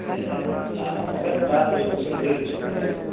ए लाजागोन दा ओरैनो जों ओरैनोसो दंखायो